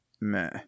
meh